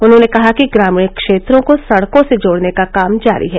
उन्होंने कहा कि ग्रामीण क्षेत्रों को सड़कों से जोड़ने का काम जारी है